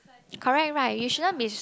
correct right you shouldn't be